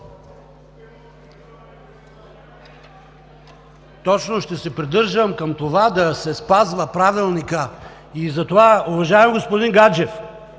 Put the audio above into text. Точно ще се придържам към това да се спазва Правилникът. Затова, уважаеми господин Гаджев,